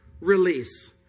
release